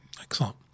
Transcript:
Excellent